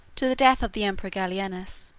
to the death of the emperor gallienus,